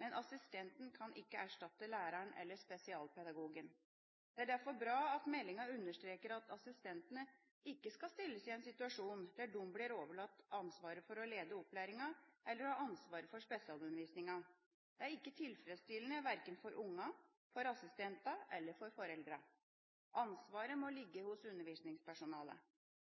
men assistenten kan ikke erstatte læreren eller spesialpedagogen. Det er derfor bra at meldingen understreker at assistentene ikke skal stilles i en situasjon der de blir overlatt ansvaret for å lede opplæringen eller har ansvaret for spesialundervisningen. Det er ikke tilfredsstillende, verken for ungene, for assistentene eller for foreldrene. Ansvaret må ligge hos undervisningspersonalet.